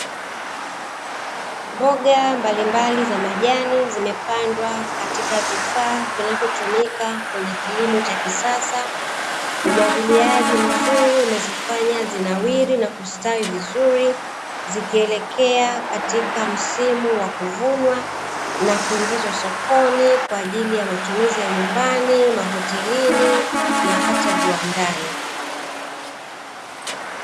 Mboga mbalimbali za majani zilizo pandwa katika kifaa kinachotumika kwa kilimo cha kisasa umwagiliaji mzuri imezifanya zinawili na kustawi vizuri zikiendelea katika msimu wa kuvunwa kwa ajili ya kuingizwa sokoni kwa ajili ya matumizi ya nyumbani, mahotelini na hata viwandani